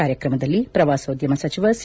ಕಾರ್ಯಕ್ರಮದಲ್ಲಿ ಪ್ರವಾಸೋದ್ಯಮ ಸಚಿವ ಸಿ